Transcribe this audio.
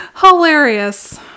hilarious